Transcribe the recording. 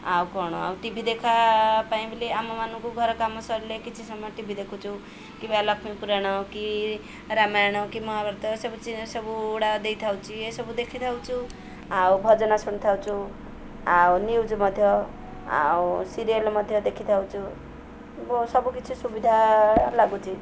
ଆଉ କ'ଣ ଆଉ ଟି ଭି ଦେଖା ପାଇଁ ବୋଲି ଆମମାନଙ୍କୁ ଘର କାମ ସରିଲେ କିଛି ସମୟ ଟିଭି ଦେଖୁଛୁ କିମ୍ବା ଲକ୍ଷ୍ମୀପୁରାଣ କି ରାମାୟଣ କି ମହାଭାରତ ଏସବୁ ସବୁ ଗୁଡ଼ା ଦେଇଥାଉଛି ଏସବୁ ଦେଖିଥାଉଛୁ ଆଉ ଭଜନା ଶୁଣିଥାଉଛୁ ଆଉ ୟୁଜ୍ ମଧ୍ୟ ଆଉ ସିରିଏଲ୍ ମଧ୍ୟ ଦେଖିଥାଉଛୁ ସବୁ କିଛି ସୁବିଧା ଲାଗୁଛି